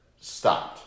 stopped